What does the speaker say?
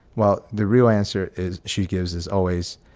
well, the real answer is she gives is always.